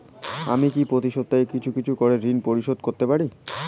আমি কি প্রতি সপ্তাহে কিছু কিছু করে ঋন পরিশোধ করতে পারি?